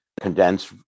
condensed